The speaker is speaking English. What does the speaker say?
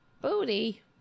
Booty